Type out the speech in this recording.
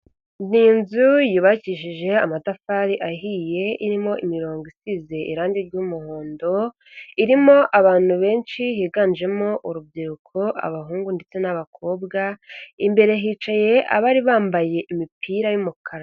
Ni inzu yubakishije amatafari ahiye, irimo imirongo isize irange ry'umuhondo, irimo abantu benshi higanjemo urubyiruko, abahungu ndetse n'abakobwa, imbere hicaye abari bambaye imipira y'umukara.